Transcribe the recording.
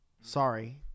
sorry